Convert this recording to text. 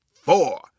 four